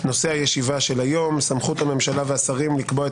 נושא הישיבה של היום: סמכות הממשלה והשרים לקבוע את